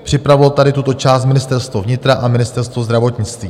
Připravilo tady tuto část Ministerstvo vnitra a Ministerstvo zdravotnictví.